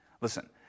Listen